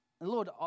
Lord